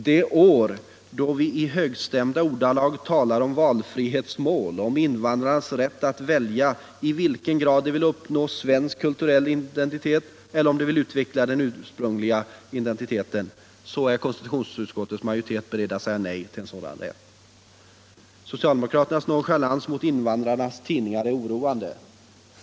Det år, då vi i högstämda ordalag talar om valfrihet och invandrarnas rätt att välja i vilken grad de önskar uppnå svensk kulturell identitet eller utveckla den ursprungliga identiteten, så är konstitutionsutskottets majoritet beredd att säga nej till en sådan rätt. Socialdemokraternas nonchalans mot invandrarnas tidningar är oroande.